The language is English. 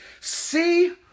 See